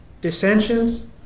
Dissensions